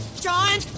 John